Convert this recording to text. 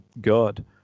God